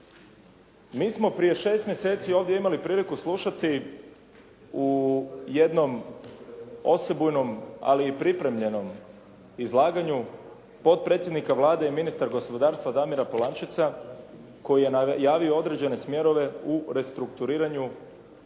Mi smo prije 6 mjeseci ovdje imali priliku slušati u jednom osebujnom, ali i pripremljenom izlaganju potpredsjednika Vlade i ministar gospodarstva Damira Polančeca koji je najavio određene smjerove u restrukturiranju